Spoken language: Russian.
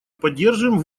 поддерживаем